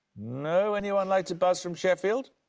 no. anyone like to buzz from sheffield?